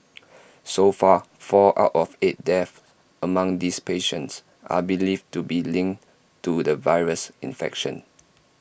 so far four out of eight deaths among these patients are believed to be linked to the virus infection